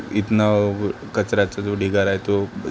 इथनं कचऱ्याचा जो ढिगारा आहे तो